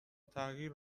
تغییر